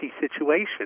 situation